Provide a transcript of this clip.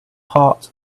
heart